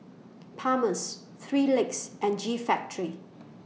Palmer's three Legs and G Factory